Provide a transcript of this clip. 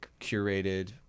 curated